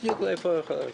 בדיוק לאן הולך הכסף.